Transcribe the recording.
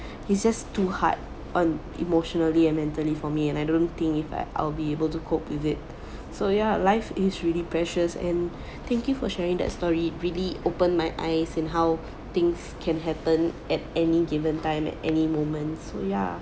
its just too hard on emotionally and mentally for me and I don't think if I'll be able to cope with it so ya life is really precious and thank you for sharing that story really opened my eyes in how things can happen at any given time at any moment so ya